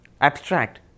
abstract